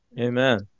Amen